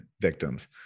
victims